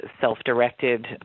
self-directed